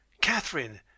Catherine